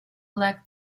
luck